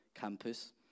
campus